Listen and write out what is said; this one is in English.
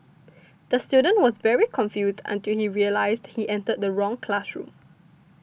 the student was very confused until he realised he entered the wrong classroom